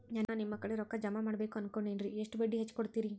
ನಾ ನಿಮ್ಮ ಕಡೆ ರೊಕ್ಕ ಜಮಾ ಮಾಡಬೇಕು ಅನ್ಕೊಂಡೆನ್ರಿ, ಎಷ್ಟು ಬಡ್ಡಿ ಹಚ್ಚಿಕೊಡುತ್ತೇರಿ?